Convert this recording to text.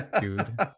dude